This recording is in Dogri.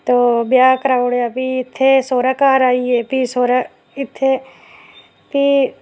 तो ब्याह कराई ओड़ेआ फ्ही इत्थै सौह्रे घर आइयै फ्ही सौह्रे इत्थै फ्ही